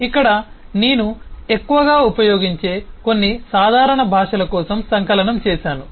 కాబట్టి ఇక్కడ నేను ఎక్కువగా ఉపయోగించే కొన్ని సాధారణ భాషల కోసం సంకలనం చేసాను